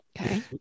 Okay